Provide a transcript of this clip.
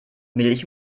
milch